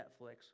Netflix